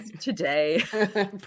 today